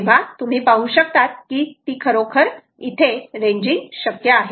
तेव्हा तुम्ही पाहू शकतात ती खरोखर रेंजिंग शक्य आहे